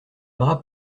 bras